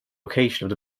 location